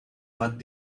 what